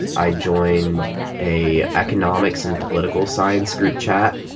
i joined a economics and political science group chat.